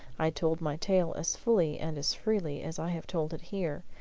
i told my tale as fully and as freely as i have told it here,